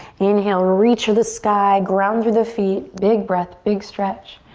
inhale, reach for the sky, ground through the feet. big breath, big stretch.